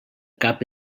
cap